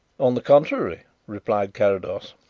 on the contrary, replied carrados,